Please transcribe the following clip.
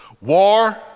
war